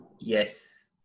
Yes